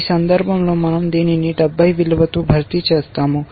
ఈ సందర్భంలో మనం దీనిని 70 విలువతో భర్తీ చేస్తాము